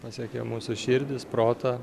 pasiekia mūsų širdis protą